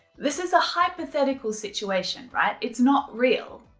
this is a hypothetical situation, right? it's not real.